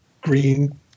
green